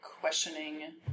questioning